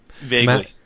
vaguely